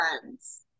friends